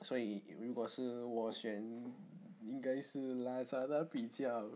所以如果是我选应该是 lazada 比较